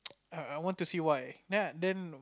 I want to see why then